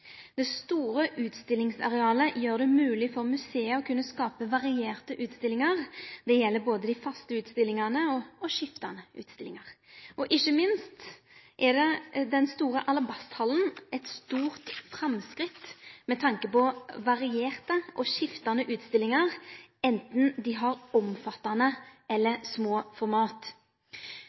Det store utstillingsarealet gjer det mogleg for museet å skape varierte utstillingar. Det gjeld både dei faste utstillingane og skiftande utstillingar. Ikkje minst er den store «Alabasthallen» eit stort framsteg med tanke på varierte og skiftande utstillingar, anten dei har omfattande eller små